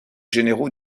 généraux